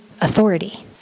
authority